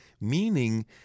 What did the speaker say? meaning